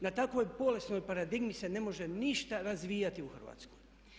Na takvoj bolesnoj paradigmi se ne može ništa razvijati u Hrvatskoj.